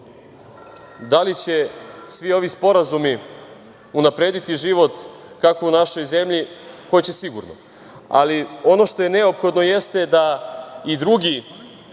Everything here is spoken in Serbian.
li će svi ovi sporazumi unaprediti život u našoj zemlji? Hoće sigurno. Ali, ono što je neophodno jeste da i drugi